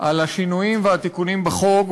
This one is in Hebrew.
על השינויים והתיקונים בחוק,